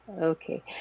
Okay